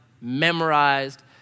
memorized